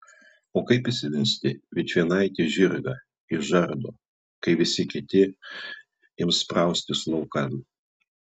o kaip išsivesti vičvienaitį žirgą iš žardo kai ir visi kiti ims spraustis laukan